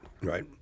right